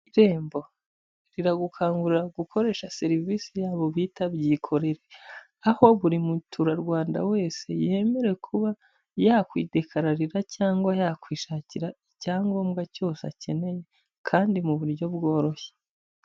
Irembo, riragukangurira gukoresha serivisi yabo bita Byikorere, aho buri muturarwanda wese yemerewe kuba yakwidekararira cyangwa yakwishakira icyangombwa cyose akeneye, kandi mu buryo bworoshye.